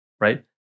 right